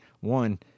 One